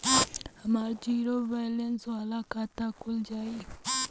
हमार zero balance वाला खाता खुल जाई?